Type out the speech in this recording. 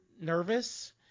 nervous